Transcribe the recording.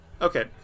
Okay